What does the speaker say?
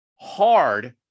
hard